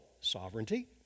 sovereignty